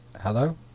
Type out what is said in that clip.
hello